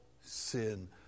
sin